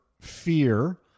fear